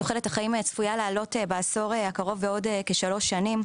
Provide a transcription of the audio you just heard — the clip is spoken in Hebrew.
תוחלת החיים צפויה לעלות בעזור הקרוב בעוד כשלוש שנים,